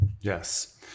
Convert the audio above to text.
Yes